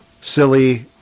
silly